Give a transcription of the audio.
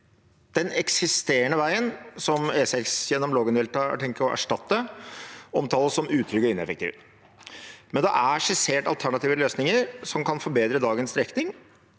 «Den eksisterende veien som ny E6 gjennom Lågendeltaet er tenkt å erstatte, omtales som utrygg og lite effektiv. Likevel er det skissert alternative løsninger som kan forbedre dagens strekning